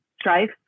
strife